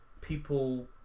people